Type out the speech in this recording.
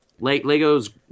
Legos